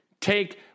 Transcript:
take